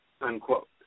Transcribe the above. unquote